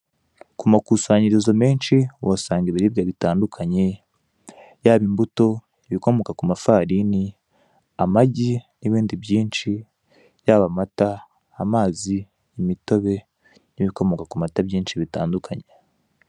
Ku makusanyirizo menshi, uhasanga ibiribwa bitandukanye, yaba imbuto, ibikomoka ku mafarini, amagi n'ibindi byinshi, yaba amata, amazi, imitobe, n'ibikomoka ku mata byinshi bitandukanye.